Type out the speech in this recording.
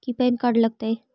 की PAN card लग तै?